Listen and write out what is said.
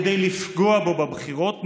כדי לפגוע בו בבחירות,